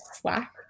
slack